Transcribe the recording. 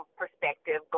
perspective